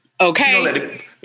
Okay